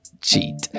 Cheat